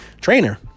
trainer